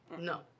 No